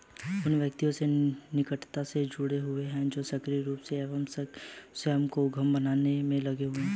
उन व्यक्तियों से निकटता से जुड़ा हुआ है जो सक्रिय रूप से नए स्वयं के उद्यम बनाने में लगे हुए हैं